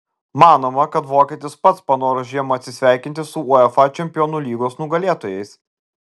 manoma kad vokietis pats panoro žiemą atsisveikinti su uefa čempionų lygos nugalėtojais